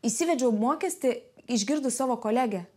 įsivedžiau mokestį išgirdus savo kolegę